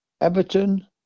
Everton